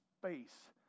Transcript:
space